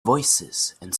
voicesand